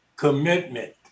commitment